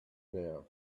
now